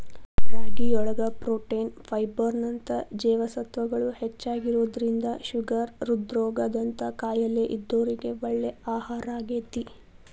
ರಾಗಿಯೊಳಗ protein, fibre ನಂತ ಜೇವಸತ್ವಗಳು ಹೆಚ್ಚಾಗಿರೋದ್ರಿಂದ ಶುಗರ್, ಹೃದ್ರೋಗ ದಂತ ಕಾಯಲೇ ಇದ್ದೋರಿಗೆ ಒಳ್ಳೆ ಆಹಾರಾಗೇತಿ